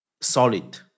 solid